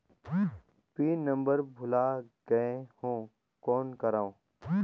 Pin number भुला गयें हो कौन करव?